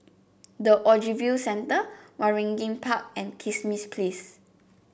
The Ogilvy Centre Waringin Park and Kismis Place